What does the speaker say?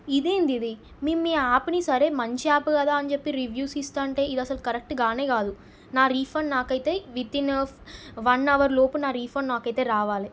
ఇదేందిది మేమ్ మీ యాప్ని సరే మంచి యాప్ కదా అని చెప్పి రివ్యూస్ ఇస్తూంటే ఇది అసలు కరెక్ట్ కానే కాదు నా రిఫండ్ నాకైతే వితిన్ వన్ అవర్ లోపు నా రిఫండ్ నాకైతే రావాలి